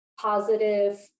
positive